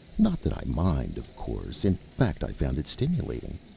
not that i mind, of course. in fact, i found it stimulating.